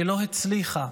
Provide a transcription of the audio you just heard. שלא הצליחה